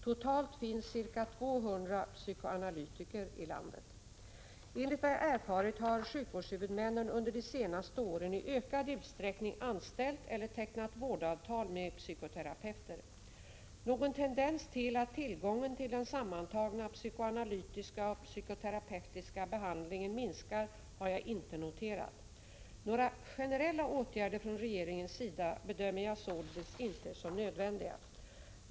Totalt finns ca 200 psykoanalytiker i landet. Enligt vad jag erfarit har sjukvårdshuvudmännen under de senaste åren i ökad utsträckning anställt eller tecknat vårdavtal med psykoterapeuter. Någon tendens till att tillgången till den sammantagna psykoanalytiska och psykoterapeutiska behandlingen minskar har jag inte noterat. Några generella åtgärder från regeringens sida bedömer jag således inte som nödvändiga.